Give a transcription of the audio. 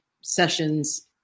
sessions